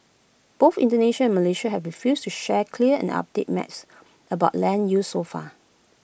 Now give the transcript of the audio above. both Indonesia and Malaysia have refused to share clear and updated maps about land use so far